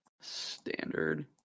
standard